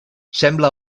sembla